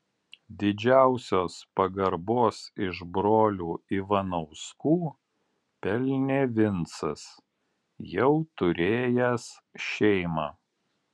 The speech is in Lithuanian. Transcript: didžiausios pagarbos iš brolių ivanauskų pelnė vincas jau turėjęs šeimą